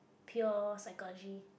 pure psychology